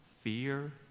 fear